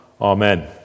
Amen